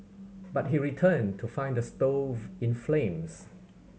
but he returned to find the stove in flames